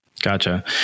Gotcha